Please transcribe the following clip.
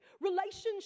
Relationships